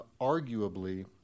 arguably